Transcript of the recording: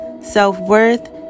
self-worth